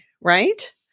right